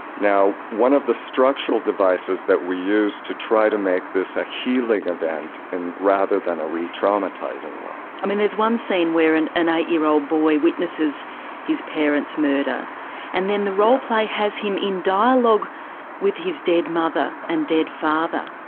now one of the structural devices that we used to try to make this a healing event and rather than a re-traumatising one. there's one scene where and an eight year old boy witnesses his parents murder and then the role play has him in dialogue with his dead mother and dead father.